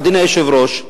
אדוני היושב-ראש,